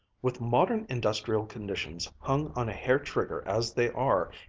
with modern industrial conditions hung on a hair trigger as they are,